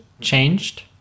changed